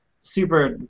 super